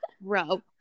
Bro